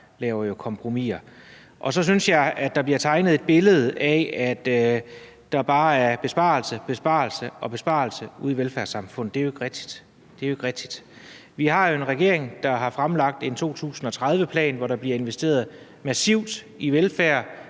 sammen kompromiser. Så synes jeg også, at der bliver tegnet et billede af, at det bare er besparelser og besparelser ude i velfærdssamfundet. Det er jo ikke rigtigt. Vi har jo en regering, der har fremlagt en 2030-plan, hvor der bliver investeret massivt i velfærd,